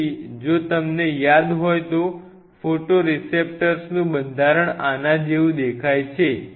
તેથી જો તમને યાદ હોય તો ફોટોરેસેપ્ટર્સનું બંધારણ આના જેવું દેખાય છે